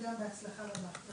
גם אנחנו מאחלים הצלחה רבה.